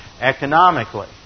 economically